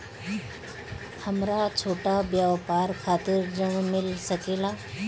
हमरा छोटा व्यापार खातिर ऋण मिल सके ला?